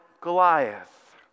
Goliath